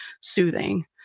soothing